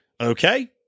Okay